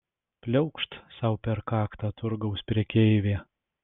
pliaukšt sau per kaktą turgaus prekeivė